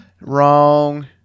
Wrong